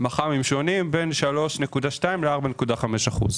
בין 3.2% ל-4.5%.